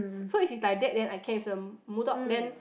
so is he like that then I can is a bull dog then